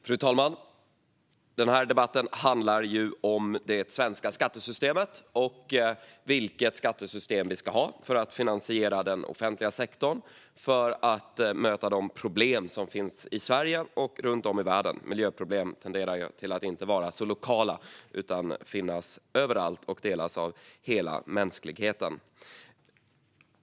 Fru talman! Den här debatten handlar om det svenska skattesystemet och vilket skattesystem vi ska ha för att finansiera den offentliga sektorn och för att möta de problem som finns i Sverige och runt om i världen. Miljöproblem tenderar nämligen att inte vara lokala utan finns överallt och delas av hela mänskligheten.